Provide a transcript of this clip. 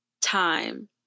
time